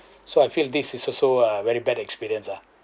so I feel this is also a very bad experience ah